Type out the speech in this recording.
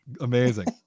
Amazing